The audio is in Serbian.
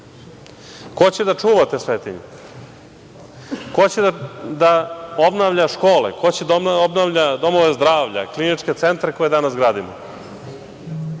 Ko će da čuva te svetinje? Ko će da obnavlja škole? Ko će da obnavlja domove zdravlja, kliničke centre koje danas gradimo?